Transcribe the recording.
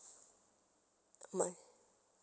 uh my